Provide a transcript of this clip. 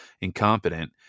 incompetent